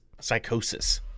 psychosis